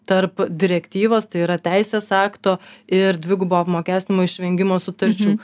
tarp direktyvos tai yra teisės akto ir dvigubo apmokestinimo išvengimo sutarčių